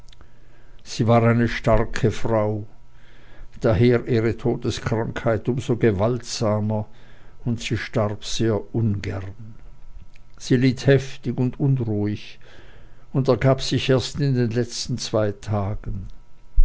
sie war eine starke frau daher ihre todeskrankheit um so gewaltsamer und sie starb sehr ungern sie litt heftig und unruhig und ergab sich erst in den letzten zwei tagen